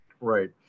Right